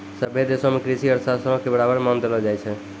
सभ्भे देशो मे कृषि अर्थशास्त्रो के बराबर मान देलो जाय छै